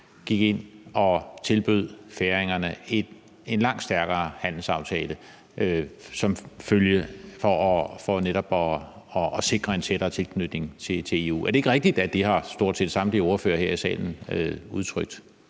gik ind og tilbød færingerne en langt stærkere handelsaftale for netop at sikre en tættere tilknytning til EU? Er det ikke rigtigt, at det har stort set samtlige ordførere her i salen udtrykt?